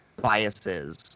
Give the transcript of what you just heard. biases